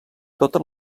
totes